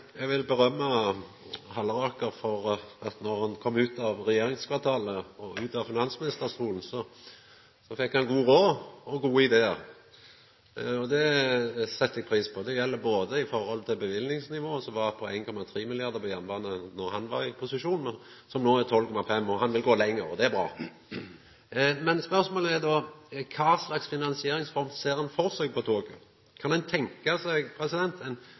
Eg vil rosa Halleraker for at når han kom seg ut av regjeringskvartalet og ut av «finansministerstolen», fekk han god råd og gode idear – og det set eg pris på. Det gjeld i forhold til løyvingsnivået, som var på 1,3 mrd. kr på jernbane då han var i posisjon, men som no er 12,5 mrd. kr, og han vil gå lenger. Det er bra. Men spørsmålet er då: Kva slags finansieringsform ser han for seg når det gjeld toget? Kan han tenkja seg ein sveitsisk modell der ein